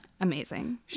amazing